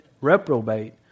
reprobate